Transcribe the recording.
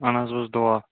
اَہَن حظ بس دُعا